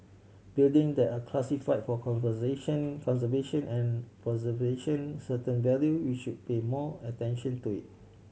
building that are classify for conversation conservation and preservation certain value we should pay more attention to it